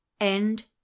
End